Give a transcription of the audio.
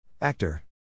Actor